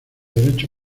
derecho